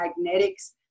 magnetics